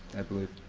i believe.